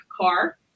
car